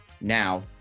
Now